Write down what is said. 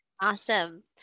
Awesome